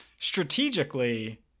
strategically